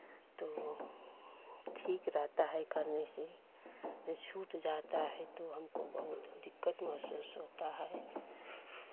तो ठीक रहता है करने से छूट जाता है तो हमको बहुत दिक्कत महसूस होता है